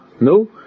no